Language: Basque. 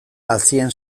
hazien